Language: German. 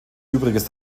übriges